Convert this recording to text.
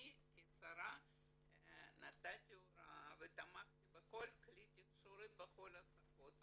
אני כשרה נתתי הוראה ותמכתי בכל כלי תקשורת בכל השפות.